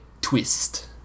twist